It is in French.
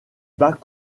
bas